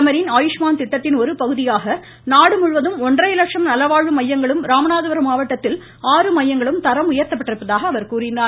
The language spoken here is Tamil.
பிரதமரின் ஆயுமான் திட்டத்தின் ஒரு பகுதியாக நாடுமுழுவதும் ஒன்றரை லட்சம் நலவாழ்வு மையங்களும் ராமநாதபுரம் மாவட்டத்தில் உயர்த்தப்பட்டுள்ளதாக கூறினார்